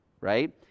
Right